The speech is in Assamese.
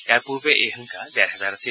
ইয়াৰ পূৰ্বে এই সংখ্যা ডেৰ হেজাৰ আছিল